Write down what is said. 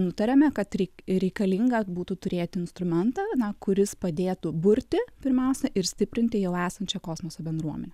nutarėme kad reik reikalinga būtų turėti instrumentą na kuris padėtų burti pirmiausia ir stiprinti jau esančią kosmoso bendruomenę